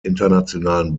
internationalen